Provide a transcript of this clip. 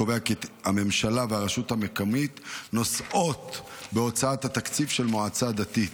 קובע כי הממשלה והרשות המקומית נושאות בהוצאות התקציב של מועצה דתית.